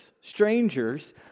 strangers